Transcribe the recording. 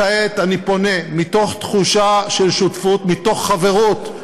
כעת אני פונה, מתוך תחושה של שותפות, מתוך חברות,